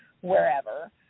wherever